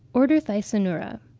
order, thysanura.